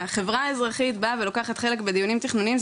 החברה האזרחית באה ולוקחת חלק בדיונים תכנוניים,